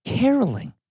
Caroling